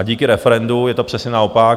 Díky referendu je to přesně naopak.